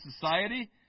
society